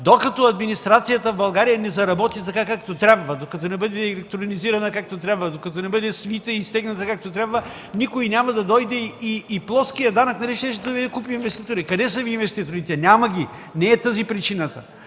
Докато администрацията в България не заработи така, както трябва, докато не бъде електронизирана, както трябва, докато не бъде свита и стегната, както трябва, никой няма да дойде. Нали плоският данък щеше да Ви купи инвеститори? Къде са Ви инвеститорите, няма ги! Не е тази причината.